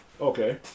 Okay